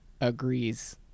agrees